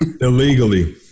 Illegally